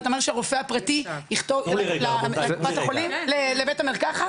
אתה אומר שהרופא הפרטי יכתוב לבית המרקחת?